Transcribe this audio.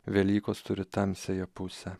velykos turi tamsiąją pusę